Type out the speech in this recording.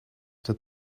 that